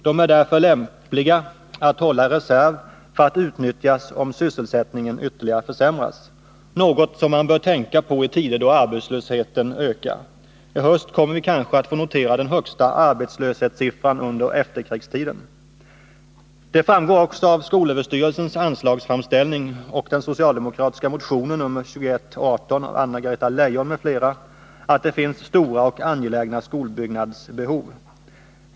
De är därför lämpliga att hålla i reserv för att utnyttjas om sysselsättningen ytterligare försämras, något som man bör tänka på i tider då arbetslösheten ökar. I höst kommer vi kanske att få notera den högsta arbetslöshetssiffran under efterkrigstiden. Det framgår av SÖ:s anslagsframställning och den socialdemokratiska motionen nr 2118 av Anna-Greta Leijon m.fl. att det finns stora och angelägna skolbyggnadsbehov.